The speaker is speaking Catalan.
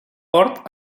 port